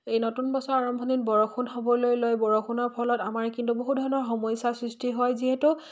এই নতুন বছৰ আৰম্ভণিত বৰষুণ হ'বলৈ লয় বৰষুণৰ ফলত আমাৰ কিন্তু বহুত ধৰণৰ সমস্যাৰ সৃষ্টি হয় যিহেতু